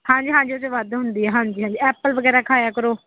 ਹਾਂਜੀ ਹਾਂਜੀ ਉਹ 'ਚ ਵੱਧ ਹੁੰਦੀ ਆ ਹਾਂਜੀ ਹਾਂਜੀ ਐਪਲ ਵਗੈਰਾ ਖਾਇਆ ਕਰੋ